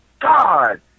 God